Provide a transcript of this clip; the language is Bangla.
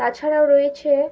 তাছাড়াও রয়েছে